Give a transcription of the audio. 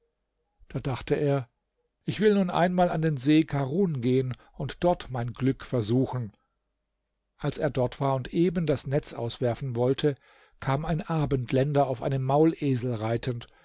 da dachte er ich will nun einmal an den see karun gehen und dort mein glück versuchen als er dort war und eben das netz auswerfen wollte kam ein abendländer auf einem maulesel reitend